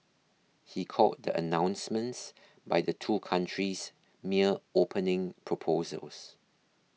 he called the announcements by the two countries mere opening proposals